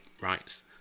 rights